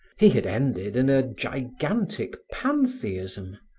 he had ended in a gigantic pantheism,